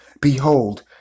Behold